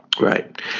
Right